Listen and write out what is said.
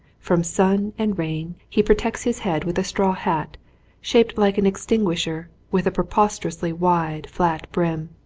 from sun and rain he protects his head with a straw hat shaped like an extinguisher with a preposterously wide, flat brim.